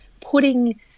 putting